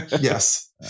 Yes